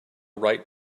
right